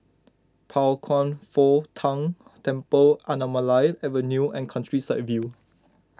Pao Kwan Foh Tang Temple Anamalai Avenue and Countryside View